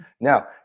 now